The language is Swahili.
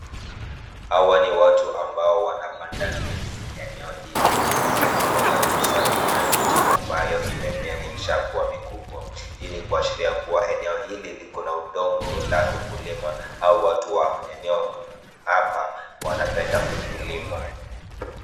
Hawa ni watu ambao wanapanda ndizi eneo hili na nyuma kabisa kuna miti ambayo imemea na imeshaa kuwa mikubwa hii ni kuashiria kuwa eneo hili liko na udongo ya ukulima au watu wa eneo hapa wanapenda ukulima.